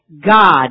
God